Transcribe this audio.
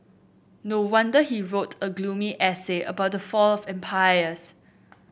no wonder he wrote a gloomy essay about the fall of empires